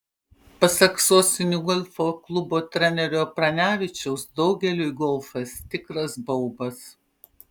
pasak sostinių golfo klubo trenerio pranevičiaus daugeliui golfas tikras baubas